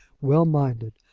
well-minded,